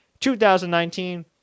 2019